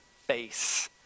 face